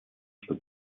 что